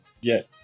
Yes